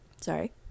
sorry